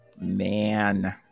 Man